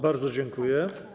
Bardzo dziękuję.